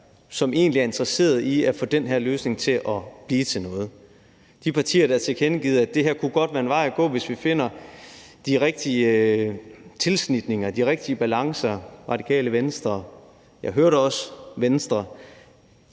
som egentlig er interesseret i at få den her løsning til at blive til noget. Jeg tænker på de partier, der har tilkendegivet, at det her godt kunne være en vej at gå, hvis vi finder de rigtige snit, de rigtige balancer – Radikale Venstre, jeg hørte også Venstre.